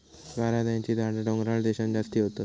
करांद्याची झाडा डोंगराळ देशांत जास्ती होतत